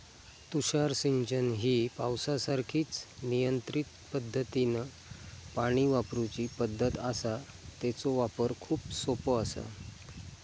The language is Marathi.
तुषार सिंचन ही पावसासारखीच नियंत्रित पद्धतीनं पाणी वापरूची पद्धत आसा, तेचो वापर खूप सोपो आसा